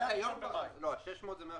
600,000 מהראשון ליוני.